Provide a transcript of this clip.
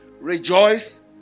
Rejoice